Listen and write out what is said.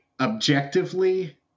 objectively